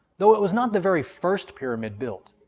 though it was not the very first pyramid built,